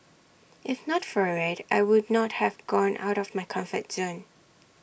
if not for IT I would not have gone out of my comfort zone